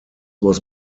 was